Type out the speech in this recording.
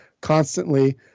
constantly